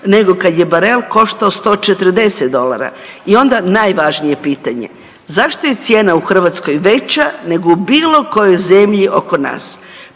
nego kad je barel koštao 140 dolara i onda najvažnije pitanje, zašto je cijena u Hrvatskoj veća nego u bilo kojoj zemlji oko nas.